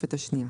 בתוספת השנייה.